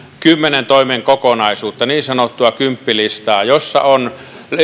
kymmenen toimen kokonaisuutta niin sanottua kymppilistaa jossa on